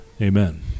Amen